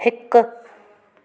हिकु